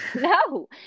no